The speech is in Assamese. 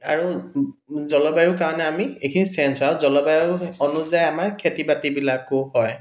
আৰু জলবায়ুৰ কাৰণে আমি এইখিনি চেঞ্জ হয় আৰু জলবায়ুৰ অনুযায়ী আমাৰ খেতি বাতিবিলাকো হয়